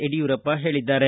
ಯಡಿಯೂರಪ್ಪ ಹೇಳಿದ್ದಾರೆ